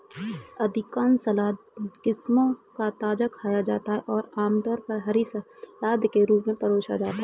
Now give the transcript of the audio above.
अधिकांश सलाद किस्मों को ताजा खाया जाता है और आमतौर पर हरी सलाद के रूप में परोसा जाता है